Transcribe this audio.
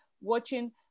watching